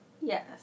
Yes